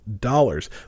dollars